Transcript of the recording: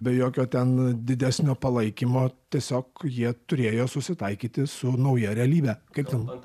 be jokio ten didesnio palaikymo tiesiog jie turėjo susitaikyti su nauja realybe kaip ten